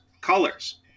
colors